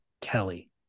Kelly